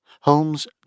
Holmes